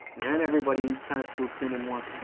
then everybody kind of swoops in and wants